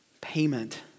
payment